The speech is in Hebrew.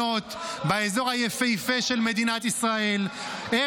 ללפיד אפשר לתת